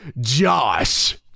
Josh